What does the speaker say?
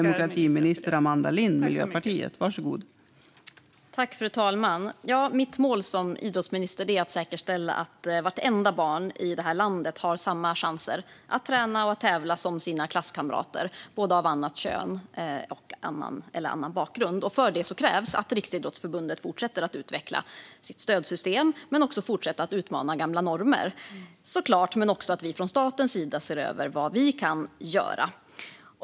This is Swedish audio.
Fru talman! Mitt mål som idrottsminister är att säkerställa att vartenda barn i detta land har samma chanser att träna och tävla som sina klasskamrater, även dem av annat kön eller från annan bakgrund. För detta krävs såklart att Riksidrottsförbundet fortsätter att utveckla sitt stödsystem men också fortsätter att utmana gamla normer. Men vi från staten måste också se över vad vi kan göra.